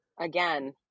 again